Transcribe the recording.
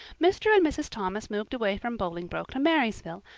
mr. and mrs. thomas moved away from bolingbroke to marysville,